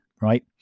Right